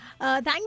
Thank